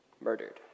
murdered